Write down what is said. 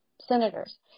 senators